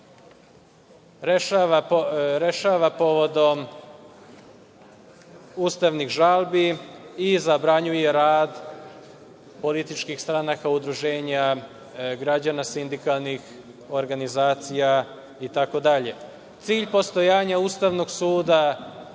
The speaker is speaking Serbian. rešava povodom ustavnih žalbi i zabranjuje rad političkih stranaka, udruženja građana, sindikalnih organizacija, itd. Cilj postojanja Ustavnog suda